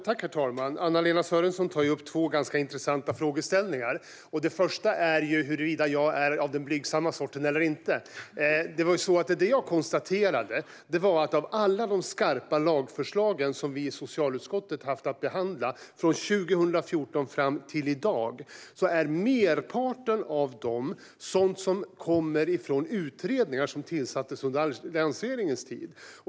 Herr talman! Anna-Lena Sörenson tar upp två ganska intressanta frågeställningar. Den första är huruvida jag är av den blygsamma sorten eller inte. Det jag konstaterade var att av alla de skarpa lagförslag som vi i socialutskottet haft att behandla från 2014 fram till i dag är merparten sådant som kommer från utredningar som tillsattes under alliansregeringens tid.